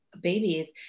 babies